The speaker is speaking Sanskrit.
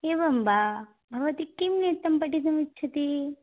एवं वा भवती किं नृत्यं पठितुमिच्छति